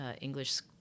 English